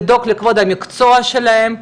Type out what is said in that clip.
לדאוג לכבוד המקצוע שלהם,